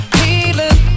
healing